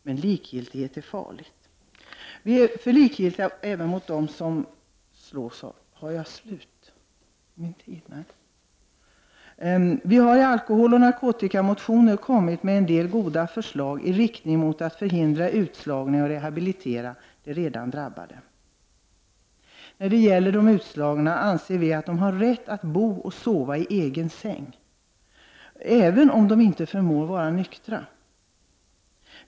Men likgiltighet är farlig. Vi har i vår alkoholoch narkotikamotion kommit med en del goda förslag till åtgärder för att förhindra utslagning och rehabilitera de redan drabbade. När de gäller de utslagna anser vi att alla har rätt att bo och sova i egen säng, även om de inte förmår vara nyktra.